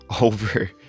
over